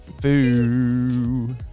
foo